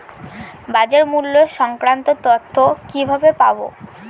বাজার মূল্য সংক্রান্ত তথ্য কিভাবে পাবো?